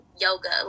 yoga